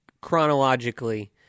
chronologically